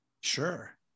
Sure